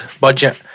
budget